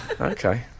Okay